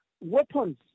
weapons